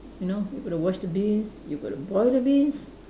you know you got to wash the beans you got to boil the beans